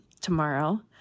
tomorrow